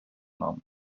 nom